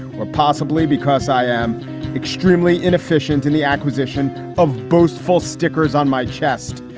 or possibly because i am extremely inefficient in the acquisition of boastful stickers on my chest.